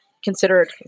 Considered